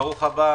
ברוך הבא,